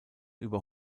über